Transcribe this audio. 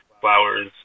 flowers